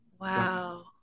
Wow